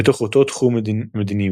בתוך אותו תחום מדיניות.